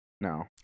No